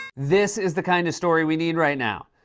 this is the kind of story we need right now.